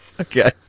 Okay